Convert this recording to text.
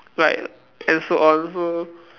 like and so on so